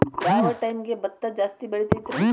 ಯಾವ ಟೈಮ್ಗೆ ಭತ್ತ ಜಾಸ್ತಿ ಬೆಳಿತೈತ್ರೇ?